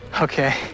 Okay